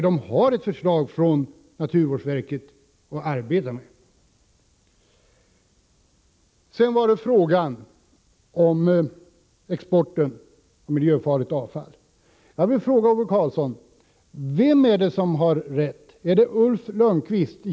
Den har ju ett förslag från naturvårdsverket att arbeta med.